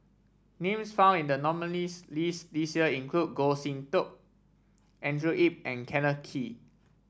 names found in the nominees' list this year include Goh Sin Tub Andrew Yip and Kenneth Kee